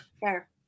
fair